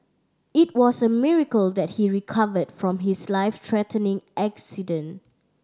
it was a miracle that he recovered from his life threatening accident